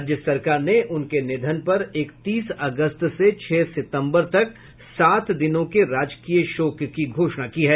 राज्य सरकार ने उनके निधन पर इकतीस अगस्त से छह सितम्बर तक सात दिनों का राजकीय शोक घोषित किया है